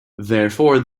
therefore